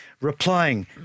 replying